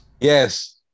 Yes